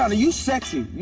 um you sexy.